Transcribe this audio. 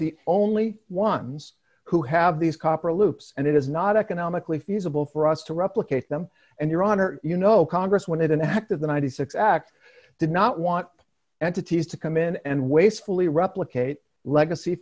the only ones who have these copper loops and it is not economically feasible for us to replicate them and your honor you know congress wanted an act of the ninety six dollars act did not want entities to come in and wastefully replicate legacy